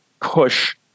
push